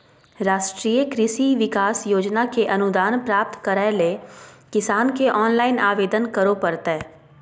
राष्ट्रीय कृषि विकास योजना के अनुदान प्राप्त करैले किसान के ऑनलाइन आवेदन करो परतय